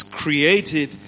created